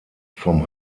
vom